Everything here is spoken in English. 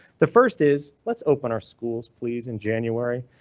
the first is let's open our schools please in january.